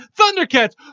Thundercats